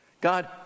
God